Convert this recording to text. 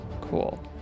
Cool